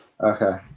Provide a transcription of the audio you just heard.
Okay